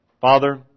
Father